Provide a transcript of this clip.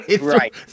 right